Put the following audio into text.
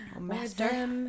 master